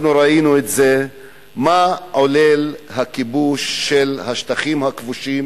אנחנו ראינו מה עולל הכיבוש של השטחים הכבושים.